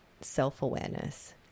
self-awareness